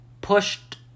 pushed